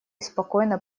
спокойно